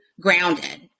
grounded